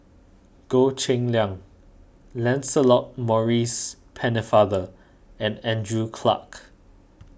Goh Cheng Liang Lancelot Maurice Pennefather and Andrew Clarke